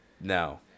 No